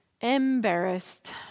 Embarrassed